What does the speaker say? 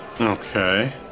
Okay